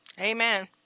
Amen